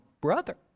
brother